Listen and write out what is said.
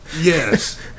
Yes